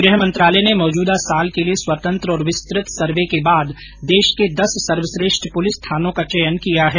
गृह मंत्रालय ने मौजूदा साल के लिए स्वतंत्र और विस्तृत सर्वे के बाद देश के दस सर्वश्रेष्ठ पुलिस थानों का चयन किया है